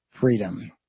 freedom